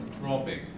tropic